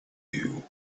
you